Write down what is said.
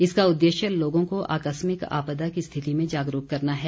इसका उद्देश्य लोगों को आकस्मिक आपदा की स्थिति में जागरूक करना है